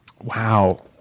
Wow